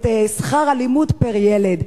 את שכר הלימוד פר-ילד.